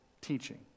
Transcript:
teaching